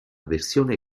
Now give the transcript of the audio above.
versione